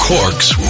Cork's